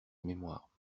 mémoire